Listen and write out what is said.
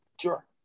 Sure